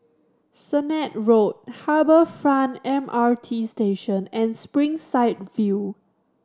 Sennett Road Harbour Front M R T Station and Springside View